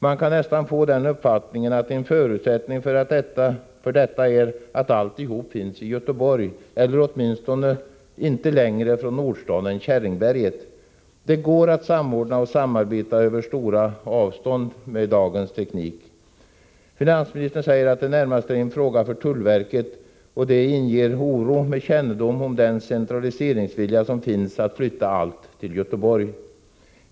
Man kan nästan få den uppfattningen att en förutsättning för detta är att alltihop finns i Göteborg, eller åtminstone inte längre från Nordstan än Käringberget. Med dagens teknik går det emellertid att samordna och samarbeta trots stora avstånd. Finansministern säger vidare att detta närmast är en fråga för tullverket. Det inger oro med kännedom om den vilja som finns att centralisera och flytta allt till Göteborg.